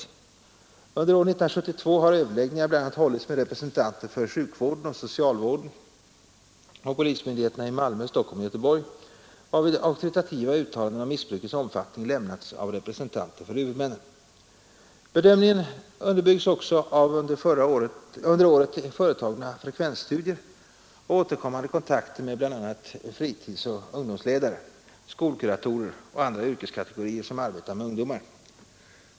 Under år 1972 har överläggningar bl.a. hållits med representanter för sjukvården och socialvården samt polismyndigheterna i Malmö, Stockholm och Göteborg, varvid auktoritativa uttalanden om missbrukets omfattning lämnats av representanter för huvudmännen. Bedömningen underbyggs också av under året företagna frekvensstudier samt återkommande kontakter med bl.a. fritidsoch ungdomsledare, skolkuratorer och andra yrkeskategorier som arbetar med ungdomar.